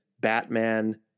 Batman